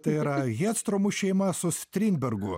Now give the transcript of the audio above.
tai yra hestromų šeima su strindbergų